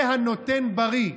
זה הנותן בריא.